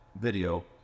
video